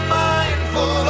mindful